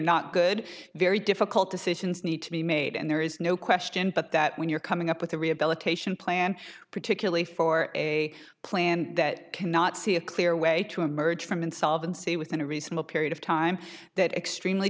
not good very difficult decisions need to be made and there is no question but that when you're coming up with a rehabilitation plan particularly for a plan that cannot see a clear way to emerge from insolvency within a reasonable period of time that extremely